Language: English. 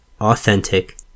authentic